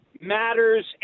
matters